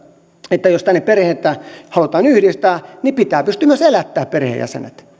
että jos tänne perheitä halutaan yhdistää niin pitää pystyä myös elättämään perheenjäsenet